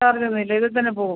ചാർജൊന്നുമില്ല ഇതിൽ തന്നെ പോവും